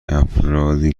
افرادی